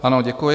Ano, děkuji.